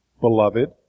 beloved